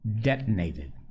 detonated